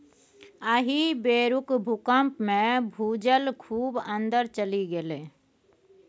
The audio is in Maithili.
एहि बेरुक भूकंपमे भूजल खूब अंदर चलि गेलै